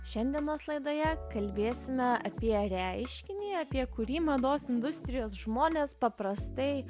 šiandienos laidoje kalbėsime apie reiškinį apie kurį mados industrijos žmonės paprastai